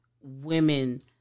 women